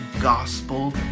gospel